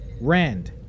Rand